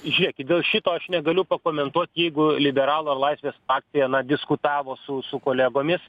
žiūrėkit dėl šito aš negaliu pakomentuoti jeigu liberalų ar laisvės partija na diskutavo su su kolegomis